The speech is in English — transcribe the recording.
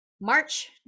March